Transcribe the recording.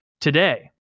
today